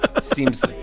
Seems